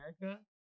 America